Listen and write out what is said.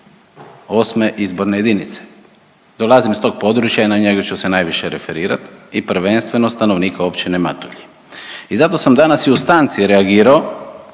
8. izborne jedinice. Dolazim iz tog područja i na njega ću se najviše referirat i prvenstveno stanovnike Općine Matulji. I zato sam danas i u stanci reagirao,